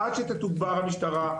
עד שתתוגבר המשטרה,